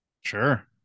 Sure